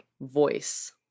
voice